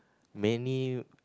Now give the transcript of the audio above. many